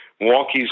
Milwaukee's